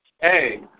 Hey